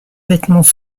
vêtements